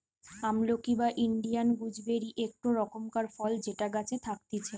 আমলকি বা Indian gooseberry একটো রকমকার ফল যেটা গাছে থাকতিছে